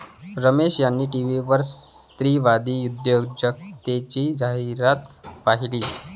रमेश यांनी टीव्हीवर स्त्रीवादी उद्योजकतेची जाहिरात पाहिली